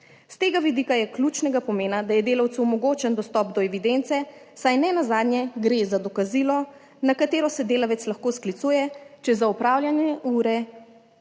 S tega vidika je ključnega pomena, da je delavcu omogočen dostop do evidence, saj nenazadnje gre za dokazilo, na katero se delavec lahko sklicuje, če za opravljanje ure